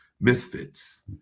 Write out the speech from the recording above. misfits